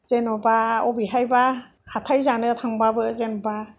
जेनबा बबेहायबा हाथाय जानो थांबाबो जेनबा